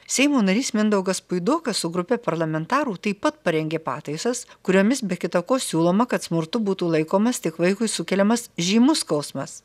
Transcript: seimo narys mindaugas puidokas su grupe parlamentarų taip pat parengė pataisas kuriomis be kita ko siūloma kad smurtu būtų laikomas tik vaikui sukeliamas žymus skausmas